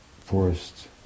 forest